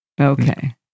Okay